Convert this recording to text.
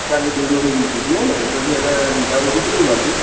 ખાલી ડોલોની લીધી હતી હેં ને પછી એનાં લીધા પછી કેવું લાગ્યું